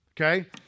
Okay